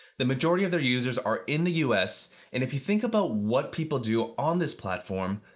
the majority of their users are in the us and if you think about what people do on this platform.